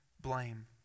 blame